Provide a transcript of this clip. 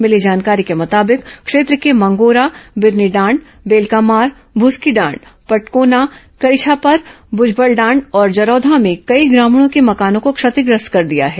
मिली जानकारी के मुताबिक क्षेत्र के मंगोरा बिरनीडांड बेलकामार भुसकीडांड कटकोना कारिछापर भुजबलडांड और जरौधा में कई ग्रामीणों के मकानों को क्षतिग्रस्त कर दिया है